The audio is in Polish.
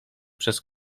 przez